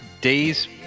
Days